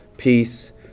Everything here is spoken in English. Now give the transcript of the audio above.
peace